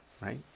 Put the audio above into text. Right